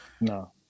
No